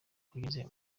kugeza